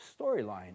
storyline